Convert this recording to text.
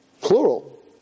plural